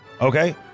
okay